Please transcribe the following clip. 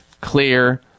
clear